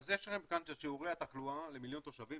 אז יש לכם כאן את שיעורי התחלואה למיליון תושבים,